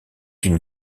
une